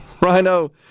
Rhino